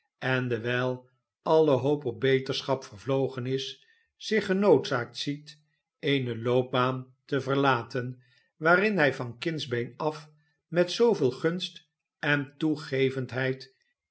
en dewijl alle hoop op beterschap vervlogen is zich genoodzaakt ziet eene loopbaan te verlaten waarin hij van kindsbeen af met zooveel gunst en toegevendheid